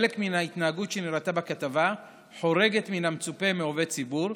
חלק מן ההתנהגות שנראתה בכתבה חורגת מן המצופה מעובד ציבור,